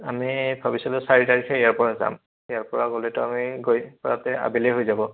আমি ভাবিছিলোঁ চাৰি তাৰিখে ইয়াৰপৰা যাম ইয়াৰপৰা গ'লেতো আমি গৈ পাওঁতে আবেলি হৈ যাব